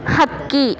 ಹಕ್ಕಿ